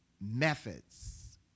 methods